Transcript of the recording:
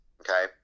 okay